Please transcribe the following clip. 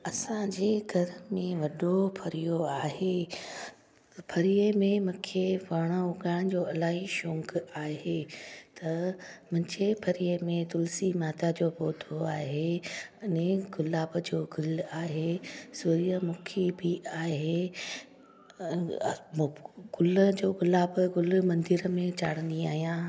असांजे घर में वॾो फरियो आहे फरिए में मूंखे वणु उगाइण जो इलाही शौक़ु आहे त मुंहिंजे फरीए में तुलसी माता जो पौधो आहे अने गुलाब जो गुलु आहे सुर्यमुखी आहे गुल जो गुलाब गुलु मंदर में चाढ़ींदी आहियां